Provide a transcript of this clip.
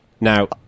Now